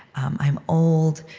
i'm old,